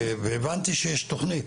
הבנתי שיש תוכנית.